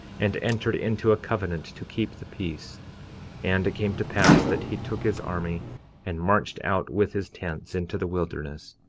and entered into a covenant to keep the peace and it came to pass that he took his army and marched out with his tents into the wilderness,